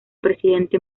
presidente